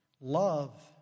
Love